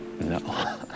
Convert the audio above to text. No